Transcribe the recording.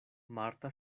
marta